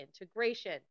integration